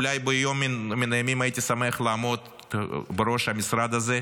אולי ביום מן הימים הייתי שמח לעמוד בראש המשרד הזה,